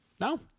No